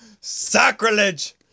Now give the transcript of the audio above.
Sacrilege